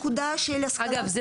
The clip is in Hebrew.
הנקודה היא הנקודה של --- אגב,